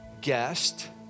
Guest